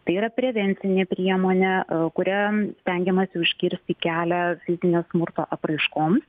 tai yra prevencinė priemonė kuria stengiamasi užkirsti kelią fizinio smurto apraiškoms